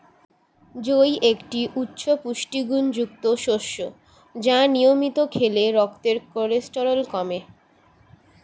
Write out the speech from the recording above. জই একটি উচ্চ পুষ্টিগুণযুক্ত শস্য যা নিয়মিত খেলে রক্তের কোলেস্টেরল কমে